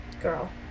Girl